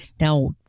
Now